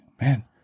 man